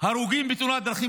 הרוגים בתאונות דרכים.